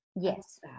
yes